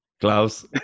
Klaus